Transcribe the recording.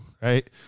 Right